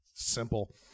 Simple